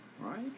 Right